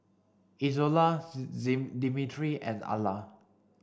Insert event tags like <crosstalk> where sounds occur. Izola <unintelligible> Dimitri and Alla